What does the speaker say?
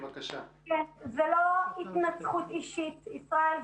זו לא התנצחות אישית, ישראל.